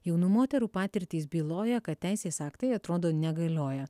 jaunų moterų patirtys byloja kad teisės aktai atrodo negalioja